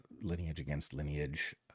lineage-against-lineage